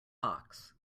box